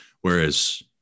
Whereas